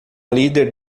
líder